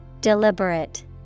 Deliberate